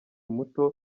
muto